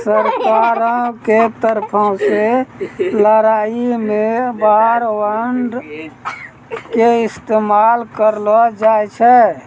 सरकारो के तरफो से लड़ाई मे वार बांड के इस्तेमाल करलो जाय छै